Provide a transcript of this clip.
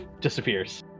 disappears